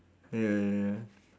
ya ya ya